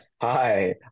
hi